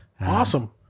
awesome